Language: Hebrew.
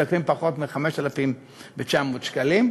משתכרים פחות מ-5,900 שקלים,